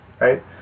right